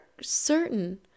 certain